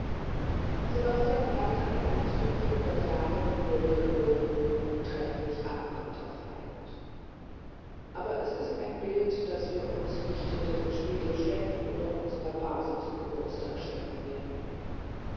sebastian brant hat uns fünfhundert jahre bevor wir geboren wurden trefflich abkonterfeit aber es ist ein bild das wir uns nicht hinter den spiegel stecken oder unserer base zum geburtstag schenken werden